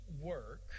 work